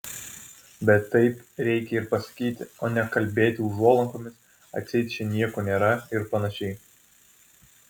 bet taip reikia ir pasakyti o ne kalbėti užuolankomis atseit čia nieko nėra ir panašiai